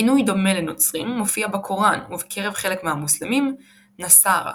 כינוי דומה לנוצרים מופיע בקוראן ובקרב חלק מהמוסלמים – "נסארא".